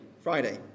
Friday